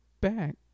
back